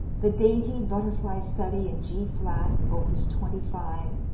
the dainty butterfly study in g flat, opus twenty five,